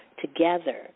together